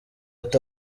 ati